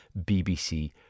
BBC